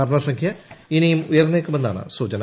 മരണസംഖ്യ ഇനിയും ഉയർന്നേക്കുമെന്നാണ് സൂചന